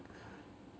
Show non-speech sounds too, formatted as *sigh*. *breath*